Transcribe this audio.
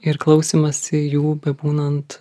ir klausymąsi jų bebūnant